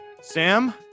Sam